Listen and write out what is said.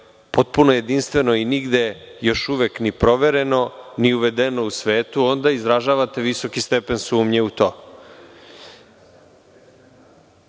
potpuno jedinstveno i nigde još uvek ni provereno ni uvedeno u svetu, onda izražavate visoki stepen sumnje u to. Ako